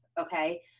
okay